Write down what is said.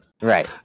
Right